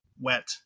wet